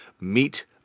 meet